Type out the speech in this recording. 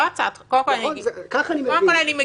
כמו הרעיון שקארין העלתה שאני מאוד